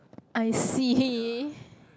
I see